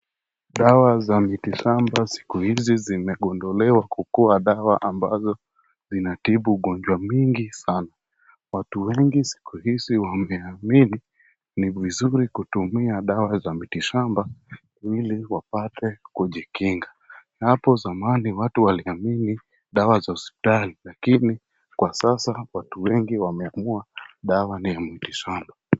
Dawa za miti shamba siku hizi zimegunduliwa kukuwa dawa ambazo zinatibu ugonjwa mingi sana watu wengi siku hizi wameamini ni vizuri kutumia dawa za miti shamba ili wapate kujikinga, hapo zamani watu waliamini dawa za hospitali lakini kwa sasa watu wengi wameamua dawa ni ya miti shamba.